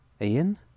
Ian